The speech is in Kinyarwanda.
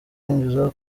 yinjiza